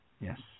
Yes